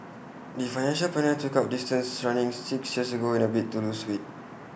the financial planner took up distance running six years ago in A bid to lose weight